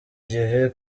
gihe